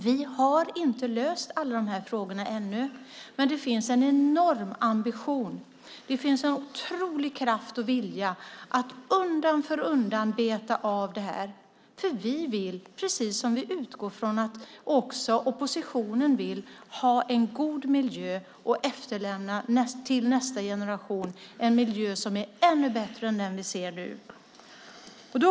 Vi har inte löst alla de här frågorna ännu, men det finns en enorm ambition. Det finns en otrolig kraft och vilja att undan för undan beta av detta. Vi vill, precis som vi utgår ifrån att också oppositionen vill, ha en god miljö och efterlämna en miljö som är ännu bättre till nästa generation.